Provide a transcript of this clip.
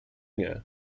nie